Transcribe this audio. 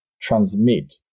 transmit